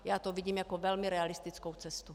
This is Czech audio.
Já to vidím jako velmi realistickou cestu.